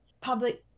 public